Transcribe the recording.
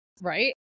Right